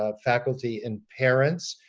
ah faculty, and parents.